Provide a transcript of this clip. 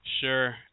Sure